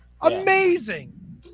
Amazing